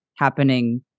happening